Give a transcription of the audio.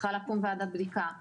צריכה לקום ועדת בדיקה אתמול.